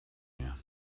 mehr